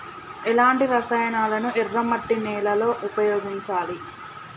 ఎలాంటి రసాయనాలను ఎర్ర మట్టి నేల లో ఉపయోగించాలి?